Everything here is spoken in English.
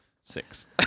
Six